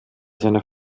seiner